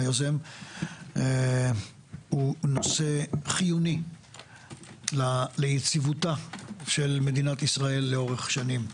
הוא נושא חיוני ליציבותה של מדינת ישראל לאורך שנים.